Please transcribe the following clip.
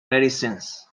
medicines